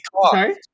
Sorry